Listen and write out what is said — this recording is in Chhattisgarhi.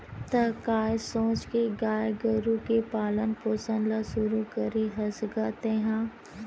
त काय सोच के गाय गरु के पालन पोसन ल शुरू करे हस गा तेंहा?